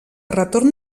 retorn